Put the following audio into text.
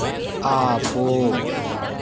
ఆపు